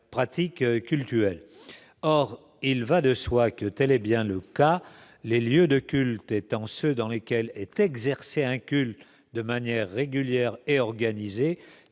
or il va de soi que telle est bien le cas, les lieux de culte étant ceux dans lesquels est exercée de manière régulière et quelle